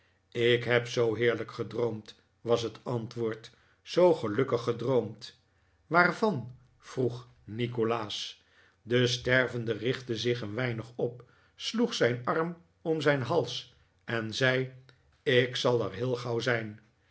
ik heb zoo heerlijk gedroomd was het antwoord zoo gelukkig gedroomd waarvan vroeg nikolaas de stervende richtte zich een weinig op sloeg zijn arm om zijn hals en zei ik zal er heel gauw zijn